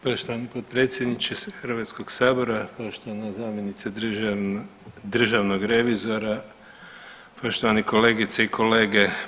Poštovani potpredsjedniče Hrvatskog sabora, poštovana zamjenice državnog revizora, poštovane kolegice i kolege.